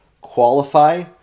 qualify